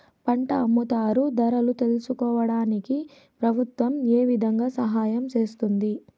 పంట అమ్ముతారు ధరలు తెలుసుకోవడానికి ప్రభుత్వం ఏ విధంగా సహాయం చేస్తుంది?